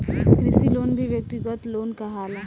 कृषि लोन भी व्यक्तिगत लोन कहाला